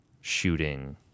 shooting